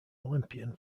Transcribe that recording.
olympian